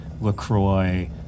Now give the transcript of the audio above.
LaCroix